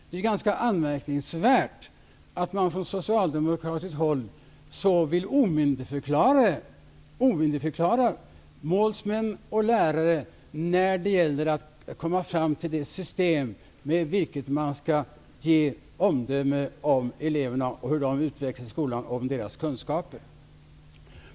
Det är ganska anmärkningsvärt att man från socialdemokratiskt håll så vill omyndigförklara målsmän och lärare i arbetet på att komma fram till ett system för hur man skall ge omdömen om elevernas utveckling och kunskapsnivå i skolorna.